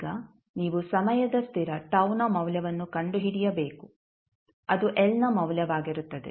ಈಗ ನೀವು ಸಮಯದ ಸ್ಥಿರ tau ನ ಮೌಲ್ಯವನ್ನು ಕಂಡುಹಿಡಿಯಬೇಕು ಅದು L ನ ಮೌಲ್ಯವಾಗಿರುತ್ತದೆ